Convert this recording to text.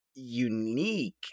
unique